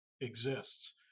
exists